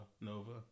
Nova